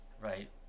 Right